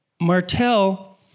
Martell